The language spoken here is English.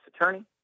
attorney